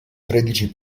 tredici